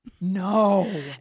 No